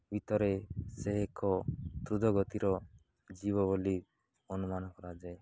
ଭିତରେ ସେ ଏକ ଦ୍ରୁତ ଗତିର ଜୀବ ବୋଲି ଅନୁମାନ କରାଯାଏ